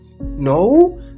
No